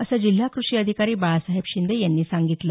असं जिल्हा कृषी अधिकारी बाळासाहेब शिंदे यांनी सांगितलं